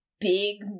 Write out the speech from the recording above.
big